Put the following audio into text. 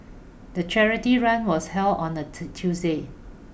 the charity run was held on a Tuesday